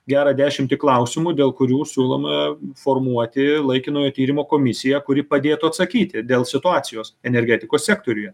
gerą dešimį klausimų dėl kurių siūlom a formuoti laikinojo tyrimo komisiją kuri padėtų atsakyti dėl situacijos energetikos sektoriuje